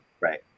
Right